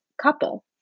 couple